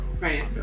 Right